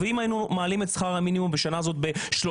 אם היינו מעלים את שכר המינימום בשנה הזאת ב-300,